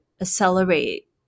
accelerate